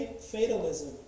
fatalism